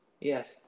Yes